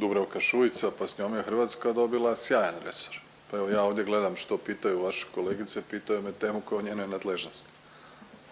Dubravka Šuica, pa s njome Hrvatska dobila sjajan resor. Evo, ja ovdje gledam što pitaju vaše kolegice, pitaju me .../Govornik se ne razumije./... koja njena nadležnosti.